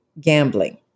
gambling